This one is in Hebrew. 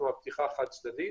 כלומר פתיחה חד-צדדית.